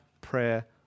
prayer